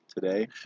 today